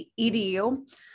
EDU